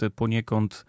poniekąd